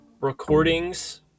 recordings